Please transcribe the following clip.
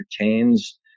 entertains